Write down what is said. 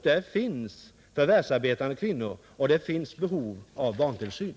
Där bor förvärvsarbetande kvinnor, och det finns ett behov av barntillsyn.